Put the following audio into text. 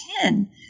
ten